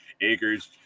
Acres